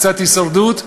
קצת הישרדות,